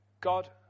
God